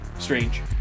strange